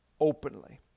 openly